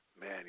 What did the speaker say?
Man